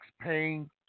paying